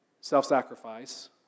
self-sacrifice